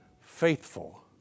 faithful